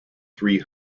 three